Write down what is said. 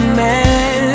man